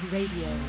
Radio